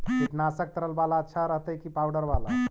कीटनाशक तरल बाला अच्छा रहतै कि पाउडर बाला?